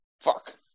Fuck